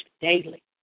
daily